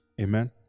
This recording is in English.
amen